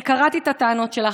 אני קראתי את הטענות שלך.